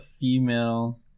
female